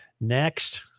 Next